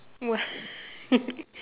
what